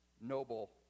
noble